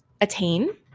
attain